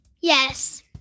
Yes